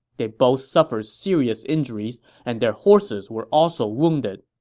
they both suffered serious injuries, and their horses were also wounded.